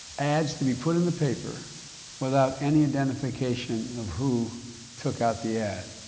ads to be put in the paper without any identification of who took out the ad?